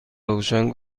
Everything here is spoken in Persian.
روشن